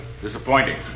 Disappointing